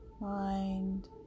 mind